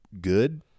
good